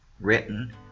Written